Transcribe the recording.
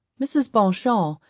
mrs. beauchamp,